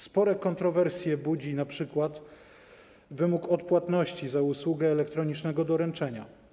Spore kontrowersje budzi np. wymóg odpłatności za usługę elektronicznego doręczenia.